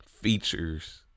features